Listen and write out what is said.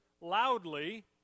loudly